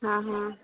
ହଁ ହଁ